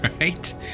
Right